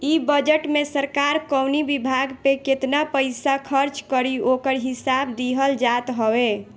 इ बजट में सरकार कवनी विभाग पे केतना पईसा खर्च करी ओकर हिसाब दिहल जात हवे